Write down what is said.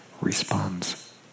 responds